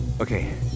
Okay